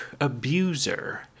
abuser